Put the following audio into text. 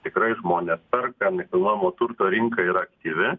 tikrai žmonės perka nekilnojamo turto rinka yra aktyvi